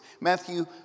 Matthew